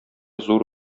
зур